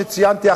כמו שציינתי,